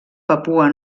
papua